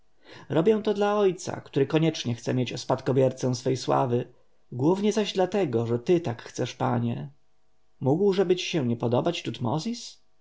robię to dla ojca który koniecznie chce mieć spadkobiercę swej sławy głównie zaś dlatego że ty tak chcesz panie mógłżeby ci się nie podobać tutmozis